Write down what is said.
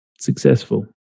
successful